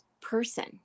person